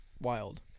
Wild